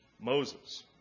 Moses